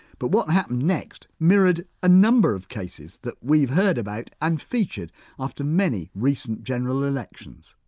but what happened next mirrored a number of cases that we've heard about and featured after many recent general elections.